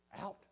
out